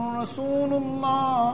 Rasulullah